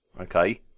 okay